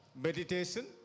meditation